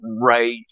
right